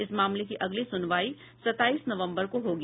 इस मामले की अगली सुनवाई सत्ताईस नवम्बर को होगी